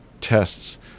tests